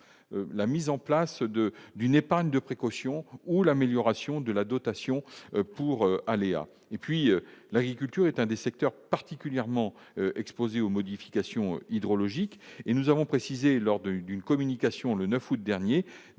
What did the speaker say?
la mise en place de d'une épargne de précaution ou l'amélioration de la dotation pour aléas et puis, l'agriculture est un des secteurs particulièrement exposés aux modifications hydrologiques et nous avons précisé lors d'une d'une communication le 9 août dernier